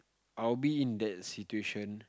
I will be in that situation